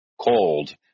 cold